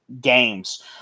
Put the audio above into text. games